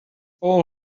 all